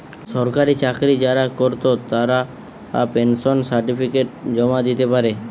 সরকারি চাকরি যারা কোরত তারা পেনশন সার্টিফিকেট জমা দিতে পারে